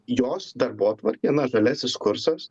jos darbotvarkė na žaliasis kursas